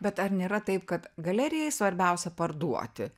bet ar nėra taip kad galerijai svarbiausia parduoti